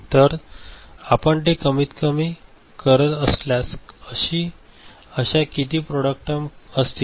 तर आपण हे कमीतकमी कमी करत असल्यास अशा किती प्रॉडक्ट टर्म असतील